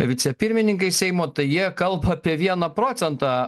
vicepirmininkais seimo tai jie kalba apie vieną procentą